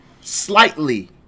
slightly